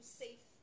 safe